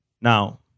Now